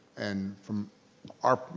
and from are,